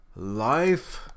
Life